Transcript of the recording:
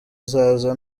uzaza